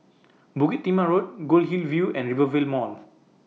Bukit Timah Road Goldhill View and Rivervale Mall